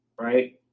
right